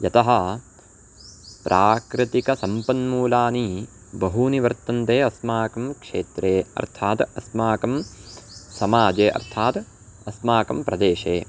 यतः प्राकृतिकसम्पन्मूलानि बहूनि वर्तन्ते अस्माकं क्षेत्रे अर्थात् अस्माकं समाजे अर्थात् अस्माकं प्रदेशे